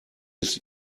ist